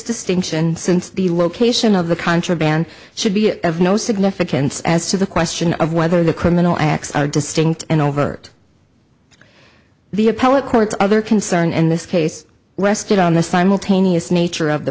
distinction since the location of the contraband should be of no significance as to the question of whether the criminal acts are distinct and overt the appellate court's other concern in this case rested on the simultaneous nature of the